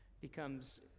becomes